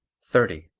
thirty.